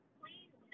please